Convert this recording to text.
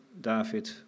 David